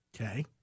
Okay